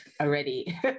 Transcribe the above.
already